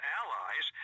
allies